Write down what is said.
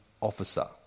officer